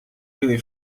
really